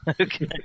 Okay